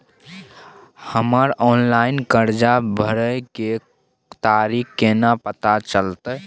हमर ऑनलाइन कर्जा भरै के तारीख केना पता चलते?